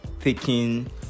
taking